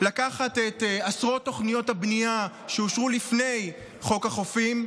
לקחת את עשרות תוכניות הבנייה שאושרו לפני חוק החופים,